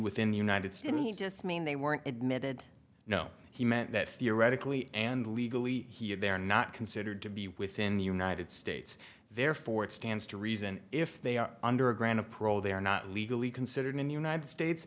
within the united states he's just mean they weren't admitted no he meant that theoretically and legally he had they are not considered to be within the united states therefore it stands to reason if they are under a grant of parole they are not legally considered in the united states